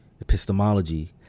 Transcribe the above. epistemology